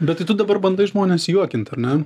bet tai tu dabar bandai žmones juokint ar ne